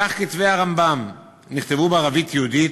כתבי הרמב"ם נכתבו בערבית-יהודית,